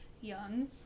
young